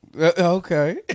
Okay